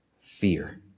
fear